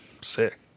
Sick